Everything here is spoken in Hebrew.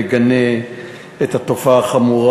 מגנה את התופעה החמורה,